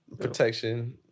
protection